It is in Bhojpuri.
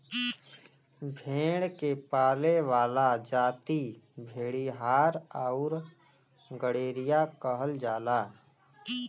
भेड़ के पाले वाला जाति भेड़ीहार आउर गड़ेरिया कहल जाला